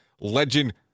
legend